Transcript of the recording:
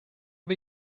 wir